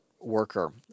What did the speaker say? worker